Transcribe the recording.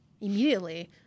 immediately